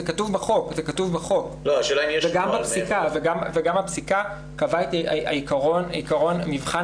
זה כתוב בחוק וגם הפסיקה קבעה את עקרון מבחן